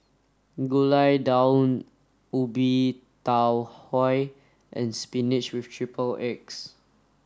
Gulai Daun Ubi Tau Huay and spinach with triple egg